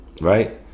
right